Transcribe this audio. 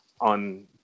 on